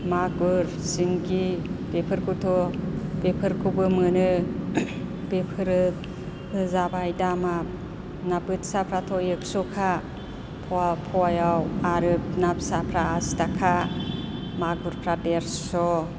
मागुर सिंगि बेफोरखौथ' बेफोरखौबो मोनो बेफोरो जाबाय दामा ना बोथियाफ्राथ' एकस'खा पवा पवायाव आरो ना फिसाफ्रा आसि थाखा मागुरफ्रा देरस'